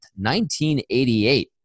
1988